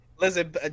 Listen